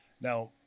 Now